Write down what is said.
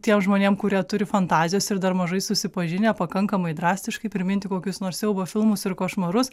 tiem žmonėm kurie turi fantazijos ir dar mažai susipažinę pakankamai drastiškai priminti kokius nors siaubo filmus ir košmarus